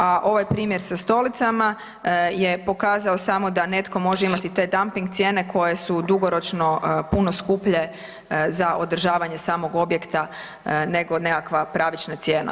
A ovaj primjer sa stolicama je pokazao samo da netko može imati taj damping cijene koje su dugoročno puno skuplje za održavanje samog objekta, nego nekakva pravična cijena.